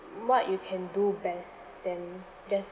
what you can do best than just